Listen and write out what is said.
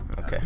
Okay